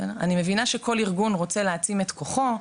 אני מבינה שכל ארגון רוצה להעצים את כוחו,